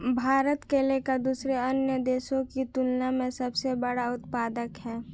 भारत केले का दूसरे अन्य देशों की तुलना में सबसे बड़ा उत्पादक है